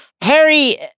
Harry